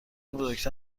بزرگتر